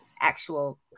actual